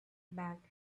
back